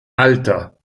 alter